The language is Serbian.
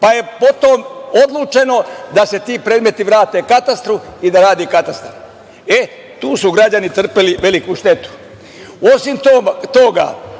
pa je potom odlučeno da se ti predmeti vrate katastru i da radi katastar. Tu su građani trpeli veliku štetu. Osim toga,